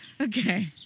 Okay